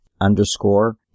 underscore